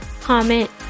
comment